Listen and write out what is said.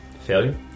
Failure